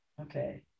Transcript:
okay